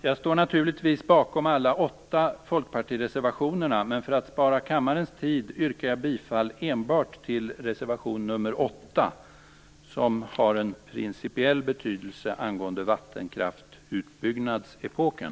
Jag står naturligtvis bakom alla de åtta folkpartireservationerna, men för att spara kammarens tid yrkar jag bifall enbart till reservation nr 8, som har speciell betydelse vad gäller vattenkraftsutbyggnadsepoken.